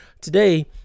today